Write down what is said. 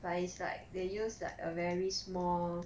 but it's like they use like a very small